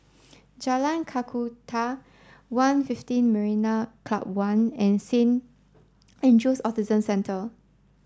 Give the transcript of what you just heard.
Jalan Kakatua One Fifteen Marina Club One and Saint Andrew's Autism Centre